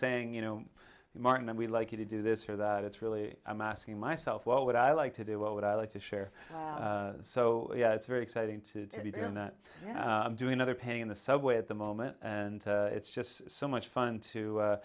saying you know martin and we'd like you to do this or that it's really i'm asking myself what would i like to do what would i like to share so it's very exciting to be doing that doing other paying on the subway at the moment and it's just so much fun to